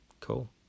cool